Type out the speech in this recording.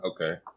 Okay